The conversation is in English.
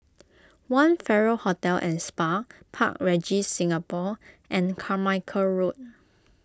one Farrer Hotel and Spa Park Regis Singapore and Carmichael Road